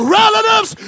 relatives